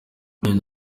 uyu